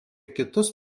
kitus